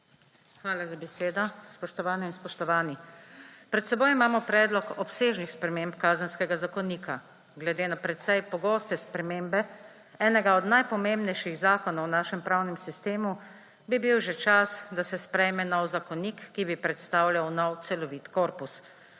Hvala za besedo. Spoštovane in spoštovani! Pred seboj imamo predlog obsežnih sprememb Kazenskega zakonika. Glede na precej pogoste spremembe enega od najpomembnejših zakonov v našem pravnem sistemu bi bil že čas, da se sprejme nov zakonik, ki bi predstavljal nov celovit korpus.